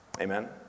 Amen